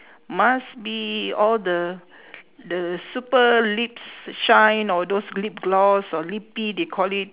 must be all the the super lips shine or those lip gloss or lippie they call it